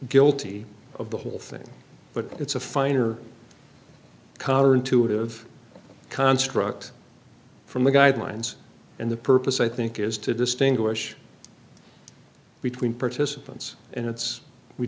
guilty of the whole thing but it's a fine or con or intuitive construct from the guidelines and the purpose i think is to distinguish between participants and it's we